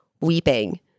weeping